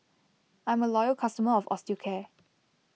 I'm a loyal customer of Osteocare